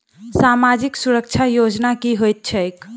सामाजिक सुरक्षा योजना की होइत छैक?